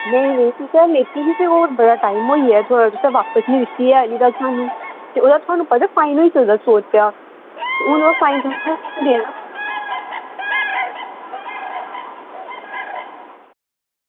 नेईं नेईं तुसें लेती ही ते ओह् बड़ा टाइम होई गेआ तुसें बापस निं दित्ती ऐ अल्ली तक सानूं ते ओह्दा थुआनू पता फाइन होई सकदा सौ रपेआ ते हून ओह् फाइन तुसें देना पौना